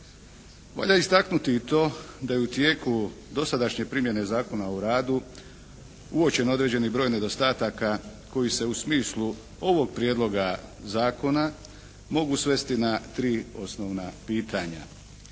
Valja istaknuti i to da je u tijeku dosadašnje primjene Zakona o radu uočen određeni broj nedostataka koji se u smislu ovog Prijedloga zakona mogu svesti na 3 osnovna pitanja.